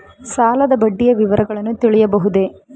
ಸಾಲದ ಬಡ್ಡಿಯ ವಿವರಗಳನ್ನು ತಿಳಿಯಬಹುದೇ?